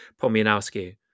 Pomianowski